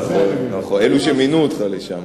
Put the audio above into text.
נכון, אלה שמינו אותך לשם.